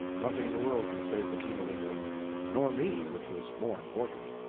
nothing in the world could save the king of england nor me, which was more important.